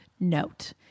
note